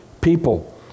people